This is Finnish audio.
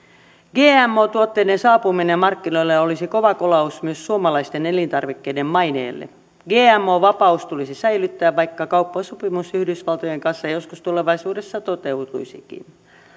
gmo tuotteiden saapuminen markkinoille olisi kova kolaus myös suomalaisten elintarvikkeiden maineelle gmo vapaus tulisi säilyttää vaikka kauppasopimus yhdysvaltojen kanssa joskus tulevaisuudessa toteutuisikin